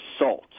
assault